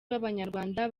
b’abanyarwanda